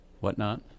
whatnot